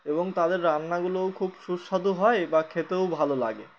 এবং তাদের রান্নাগুলোও খুব সুস্বাদু হয় বা খেতেও ভালো লাগে